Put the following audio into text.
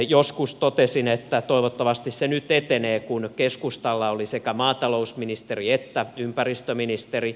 joskus totesin että toivottavasti se nyt etenee kun keskustalla oli sekä maatalousministeri että ympäristöministeri